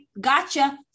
gotcha